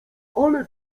ale